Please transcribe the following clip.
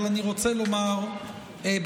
אבל אני רוצה לומר בכנות: